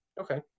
Okay